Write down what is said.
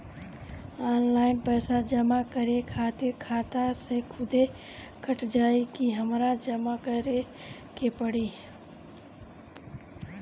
Online पैसा जमा करे खातिर खाता से खुदे कट जाई कि हमरा जमा करें के पड़ी?